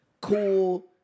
cool